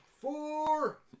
Four